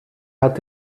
hat